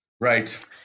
Right